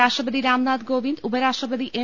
രാഷ്ട്ര പതി രാംനാഥ് കോവിന്ദ് ഉപരാഷ്ട്രപതി എം